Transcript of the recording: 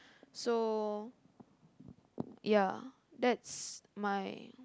so ya that's my